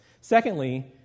Secondly